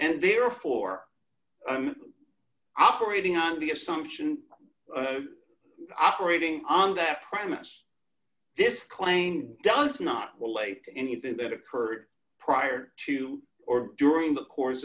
and therefore operating on the assumption operating on that premise this claim does not relate d to anything that occurred prior to or during the course